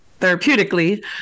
therapeutically